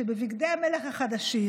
שב"בגדי המלך החדשים"